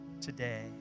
today